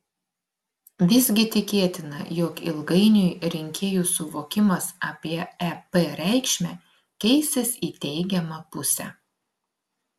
visgi tikėtina jog ilgainiui rinkėjų suvokimas apie ep reikšmę keisis į teigiamą pusę